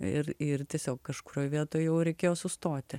ir ir tiesiog kažkurioj vietoj jau reikėjo sustoti